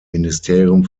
ministerium